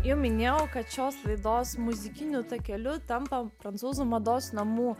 jau minėjau kad šios laidos muzikiniu takeliu tampa prancūzų mados namų